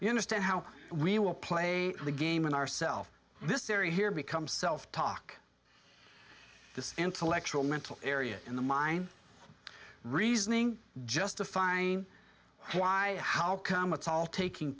you understand how we will play the game in ourself this area here become self talk this intellectual mental area in the mine reasoning just a fine why how come it's all taking